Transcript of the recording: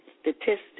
statistics